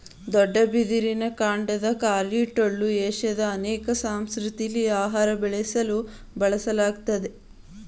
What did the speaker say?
ದೊಡ್ಡ ಬಿದಿರಿನ ಕಾಂಡದ ಖಾಲಿ ಟೊಳ್ಳು ಏಷ್ಯಾದ ಅನೇಕ ಸಂಸ್ಕೃತಿಲಿ ಆಹಾರ ಬೇಯಿಸಲು ಬಳಸಲಾಗ್ತದೆ